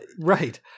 right